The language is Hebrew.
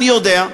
אני יודע,